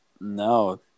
No